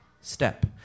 Step